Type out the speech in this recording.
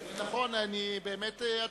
נכון, אני באמת אצביע.